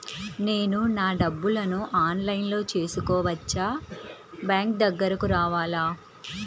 నేను నా డబ్బులను ఆన్లైన్లో చేసుకోవచ్చా? బ్యాంక్ దగ్గరకు రావాలా?